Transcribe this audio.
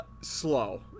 slow